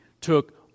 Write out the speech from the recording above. took